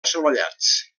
assolellats